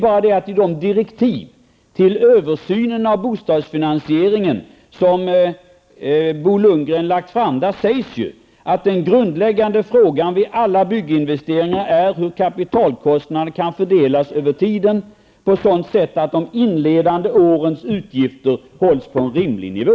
Men i de direktiv till översynen av bostadsfinansieringen som Bo Lundgren lagt fram, sägs ju att den grundläggande frågan vid alla bygginvesteringar är hur kapitalkostnaden kan fördelas över tiden på sådant sätt att de inledande årens utgifter hålls på en rimlig nivå.